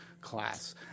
class